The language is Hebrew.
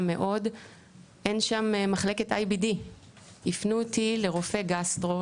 אין שם מחלקת IBD. הפנו אותי לרופאי גסטרו,